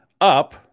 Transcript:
up